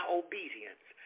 obedience